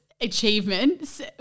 achievements